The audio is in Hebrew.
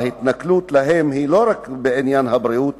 ההתנכלות להם היא לא רק בעניין הבריאות,